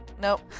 Nope